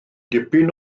dipyn